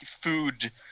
food